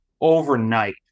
overnight